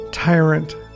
Tyrant